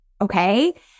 okay